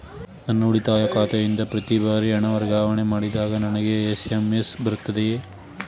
ನನ್ನ ಉಳಿತಾಯ ಖಾತೆಯಿಂದ ಪ್ರತಿ ಬಾರಿ ಹಣ ವರ್ಗಾವಣೆ ಮಾಡಿದಾಗ ನನಗೆ ಎಸ್.ಎಂ.ಎಸ್ ಬರುತ್ತದೆಯೇ?